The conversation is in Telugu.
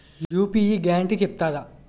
యూ.పీ.యి గ్యారంటీ చెప్తారా?